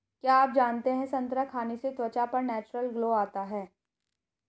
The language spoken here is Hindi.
क्या आप जानते है संतरा खाने से त्वचा पर नेचुरल ग्लो आता है?